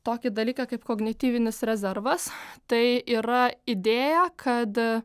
tokį dalyką kaip kognityvinis rezervas tai yra idėja kad